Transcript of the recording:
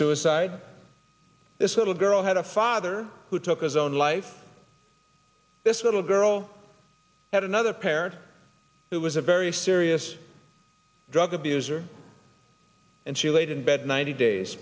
suicide this little girl had a father who took his own life this little girl had another parent who was a very serious drug abuser and she laid in bed ninety days